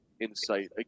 insight